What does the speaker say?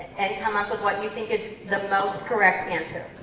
and come up with what you think is the most correct answer.